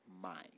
mind